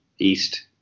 east